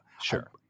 sure